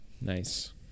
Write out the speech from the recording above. nice